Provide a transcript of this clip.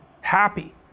happy